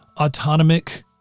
autonomic